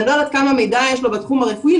אני לא יודעת כמה מידע יש לו בתחום הרפואי,